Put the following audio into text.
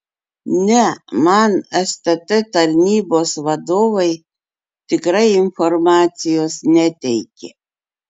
ne man stt tarnybos vadovai tikrai informacijos neteikė